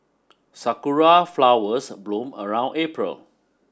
sakura flowers bloom around April